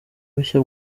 bushya